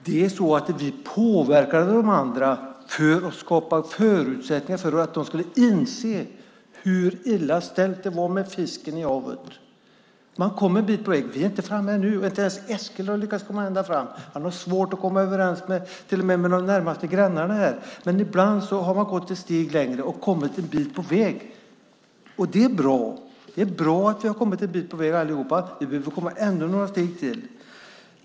Det är så att vi påverkade de andra för att skapa förutsättningar för att de skulle inse hur illa ställt det var med fisken i havet. Man kom en bit på väg. Vi är inte framme ännu. Inte ens Eskil har lyckats komma ända fram. Han har svårt att komma överens med till och med de närmaste grannarna här. Men ibland har man gått ett steg längre och kommit en bit på väg, och det är bra. Det är bra att vi har kommit en bit på väg allihop. Vi behöver komma ännu några steg till.